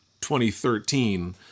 2013